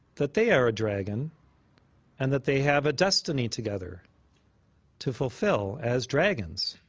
that they are a dragon and that they have a destiny together to fulfill as dragons.